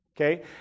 okay